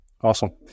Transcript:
Awesome